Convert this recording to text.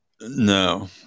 No